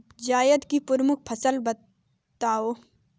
जायद की प्रमुख फसल बताओ